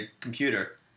computer